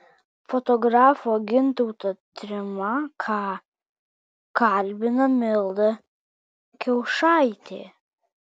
fotografą gintautą trimaką kalbina milda kiaušaitė